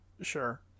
Sure